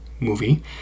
movie